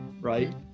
right